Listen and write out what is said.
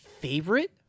favorite